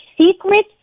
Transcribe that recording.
secret